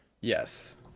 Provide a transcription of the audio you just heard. Yes